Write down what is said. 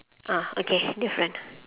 ah okay different